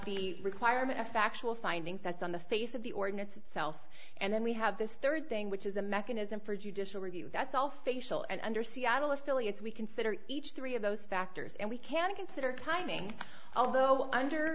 the requirement of factual findings that's on the face of the ordinance itself and then we have this third thing which is a mechanism for judicial review that's all facial and under seattle affiliates we consider each three of those factors and we can consider timing although